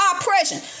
oppression